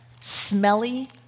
smelly